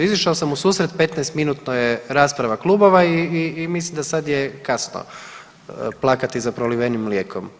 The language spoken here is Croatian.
Izišao sam u susret 15-minutna je rasprava klubova i mislim da sad je kasno plakati za prolivenim mlijekom.